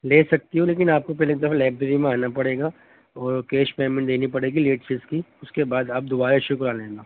لے سکتی ہوں لیکن آپ کو پہلے دفعہ لائبریری میں آنا پڑے گا اور کیش پیمنٹ دینی پڑے گی لیٹ فیس کی اس کے بعد آپ دوبارہ ایشو کرا لینا